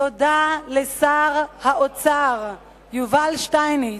תודה לשר האוצר יובל שטייניץ,